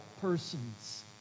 persons